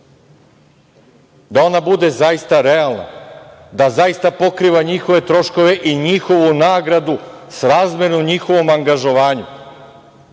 da ona bude zaista realna, da zaista pokriva njihove troškove i njihovu nagradu srazmernu njihovom angažovanju.